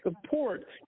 support